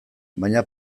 baina